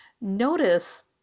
notice